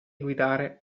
guidare